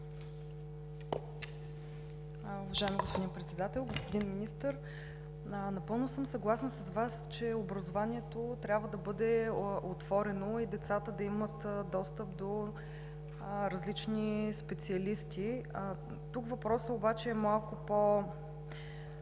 Уважаеми господин Председател! Господин Министър, напълно съм съгласна с Вас, че образованието трябва да бъде отворено и децата да имат достъп до различни специалисти. Тук въпросът обаче е малко по-сложен,